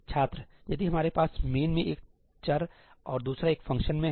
छात्र यदि हमारे पास मेन में एक चर और दूसरा एक फ़ंक्शन मे है